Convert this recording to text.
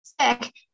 sick